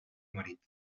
marit